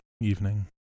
evening